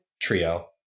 trio